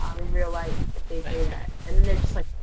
um and real life. and then they're just like,